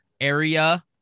area